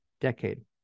decade